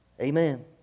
Amen